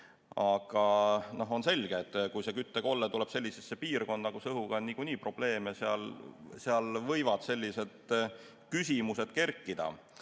Aga on selge, et kui see küttekolle tuleb sellisesse piirkonda, kus õhuga on niikuinii probleeme, siis seal võivad sellised küsimused kerkida. Aga